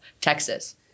Texas